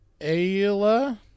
Ayla